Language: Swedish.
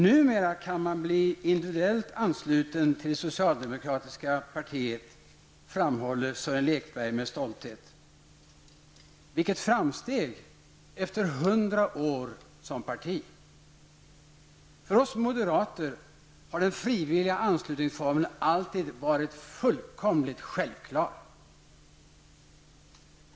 Numera kan man bli individuellt ansluten till det socialdemokratiska partiet, framhåller Sören Lekberg med stolthet. Vilket framsteg efter 100 år som parti! För oss moderater har den frivilliga anslutningsformen alltid varit fullkomligt självklar.